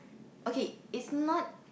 okay it's not